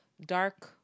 dark